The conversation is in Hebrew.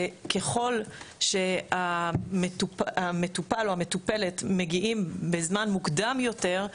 הוא שככול שהמטופל או המטופלת מגיעים בזמן מוקדם יותר,